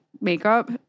makeup